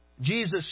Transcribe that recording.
Jesus